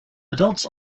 adults